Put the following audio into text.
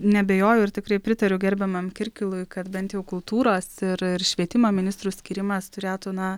neabejoju ir tikrai pritariu gerbiamam kirkilui kad bent jau kultūros ir ir švietimo ministrų skyrimas turėtų na